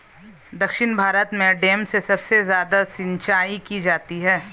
दक्षिण भारत में डैम से सबसे ज्यादा सिंचाई की जाती है